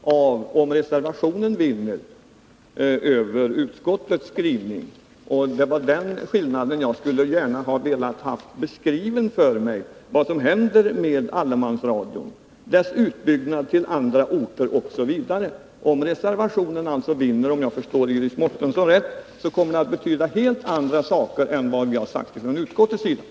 Herr talman! Jag vill fråga vad som egentligen blir följden om reservationen vinner över utskottets hemställan. Det var den skillnaden jag gärna skulle ha velat få beskriven. Vad händer med allemansradion, dess utbyggnad till andra orter osv., om reservationen vinner? Om jag förstår Iris Mårtensson rätt kommer det att få helt andra följder än ett bifall till utskottets hemställan.